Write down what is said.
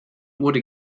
would